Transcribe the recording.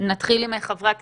חברי הכנסת.